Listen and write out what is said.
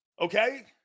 Okay